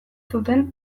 zuten